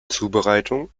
zubereitung